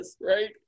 right